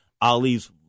Ali's